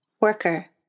Worker